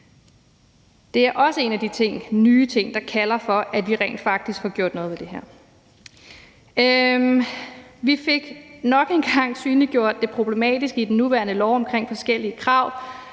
Det er også en af de nye ting, der kalder på, at vi rent faktisk får gjort noget ved det her. Vi fik nok engang synliggjort det problematiske i den nuværende lov, hvor der er forskellige krav